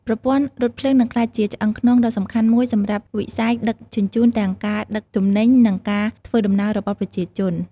ប្រព័ន្ធរថភ្លើងនឹងក្លាយជាឆ្អឹងខ្នងដ៏សំខាន់មួយសម្រាប់វិស័យដឹកជញ្ជូនទាំងការដឹកទំនិញនិងការធ្វើដំណើររបស់ប្រជាជន។